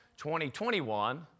2021